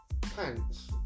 pants